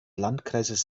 landkreises